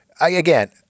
again